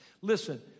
Listen